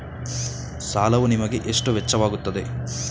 ಸಾಲವು ನಿಮಗೆ ಎಷ್ಟು ವೆಚ್ಚವಾಗುತ್ತದೆ?